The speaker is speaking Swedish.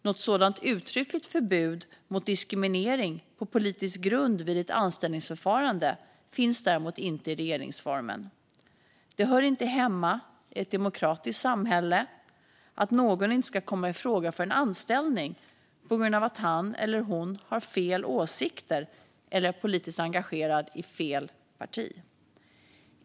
Något sådant uttryckligt förbud mot diskriminering på politisk grund vid ett anställningsförfarande finns däremot inte i regeringsformen. Det hör inte hemma i ett demokratiskt samhälle att någon inte ska komma i fråga för en anställning på grund av att han eller hon har "fel" åsikter eller är politiskt engagerad i "fel" parti.